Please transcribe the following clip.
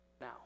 now